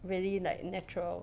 really like natural